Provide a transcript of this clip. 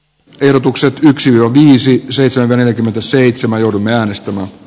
kirjoitukset yksi viisi seitsemänkymmentäseitsemän joudumme äänestää